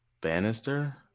Bannister